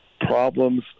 problems